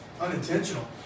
unintentional